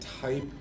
type